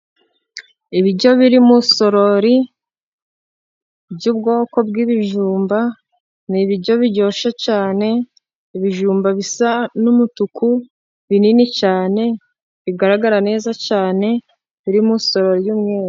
Ibiryo biri mu isorori by'ubwoko bw'ibijumba ni ibiryo biryoshye cyane, ibijumba bisa n'umutuku binini cyane, bigaragara neza cyane biri mu isoro y'umweru.